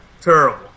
terrible